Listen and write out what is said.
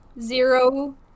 zero